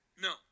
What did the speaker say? No